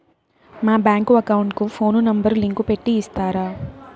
మా bank account కు phone number link పెట్టి ఇస్తారా?